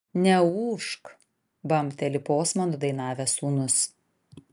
neūžk bambteli posmą nudainavęs sūnus